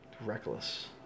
reckless